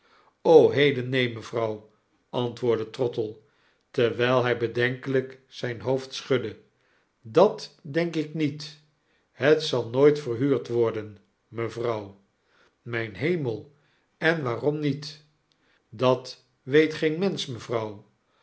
neen mevrouw antwoordde trottle terwyl hy bedenkelyk zyn hoofd schudde dat denk ik niet het zal nooit verhuurd worden mevrouw myn hemel en waarom niet dat weet geen mensch mevrouw